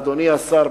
אדוני השר,